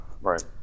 Right